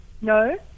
no